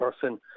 person